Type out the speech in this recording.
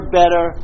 better